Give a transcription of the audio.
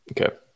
Okay